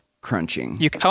crunching